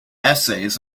essays